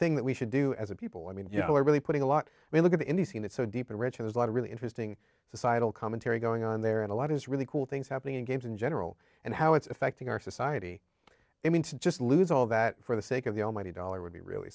thing that we should do as a people i mean you know really putting a lot we look at in the scene it's so deep and rich has a lot of really interesting societal commentary going on there and a lot is really cool things happening in games in general and how it's affecting our society i mean to just lose all that for the sake of the almighty dollar would be really